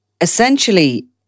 Essentially